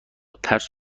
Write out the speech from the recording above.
ترس